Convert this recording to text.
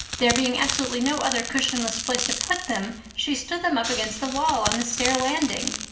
there being absolutely no other cushionless place to put them she stood them up against the wall on the stair landing.